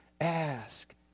ask